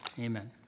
amen